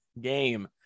game